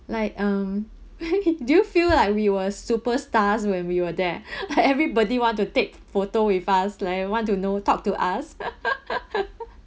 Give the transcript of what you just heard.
like um do you feel like we were superstars when we were there everybody want to take photo with us like want to know talk to us